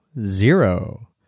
zero